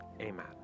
Amen